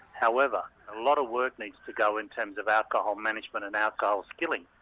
however, a lot of work needs to go in terms of alcohol management and alcohol skilling,